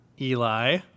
Eli